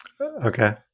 Okay